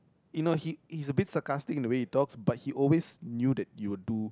you know he he's a bit sarcastic in the way he talks but he always knew that you would do